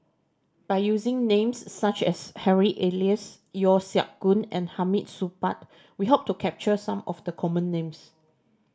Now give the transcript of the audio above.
by using names such as Harry Elias Yeo Siak Goon and Hamid Supaat we hope to capture some of the common names